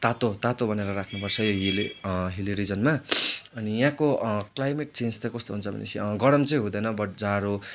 तातो तातो बनाएर राख्नु पर्छ हिल हिल्ली रिजनमा अनि यहाँको क्लाइमेट चेन्ज चाहिँ कस्तो हुन्छ भनेपछि गरम चाहिँ हुँदैन बट जाडो